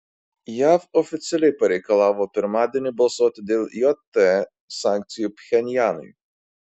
jav oficialiai pareikalavo pirmadienį balsuoti dėl jt sankcijų pchenjanui